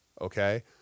Okay